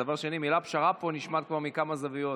דבר שני, המילה פשרה פה נשמעת כבר מכמה זוויות.